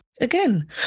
Again